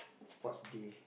sports day